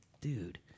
dude